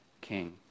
king